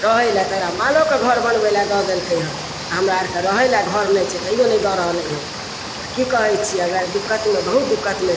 रहय लऽ तकरा मालोके घर बनबय लए दऽ देलकैहन हमरा आरके रहय लए घर नहि छै तैयो नहि दऽ रहलय हँ तऽ की कहय छियै हमरा आर दिक्कतमे बहुत दिक्कतमे